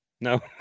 No